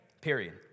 period